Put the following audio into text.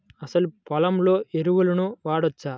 అసలు పొలంలో ఎరువులను వాడవచ్చా?